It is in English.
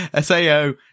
Sao